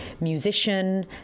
musician